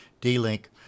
D-Link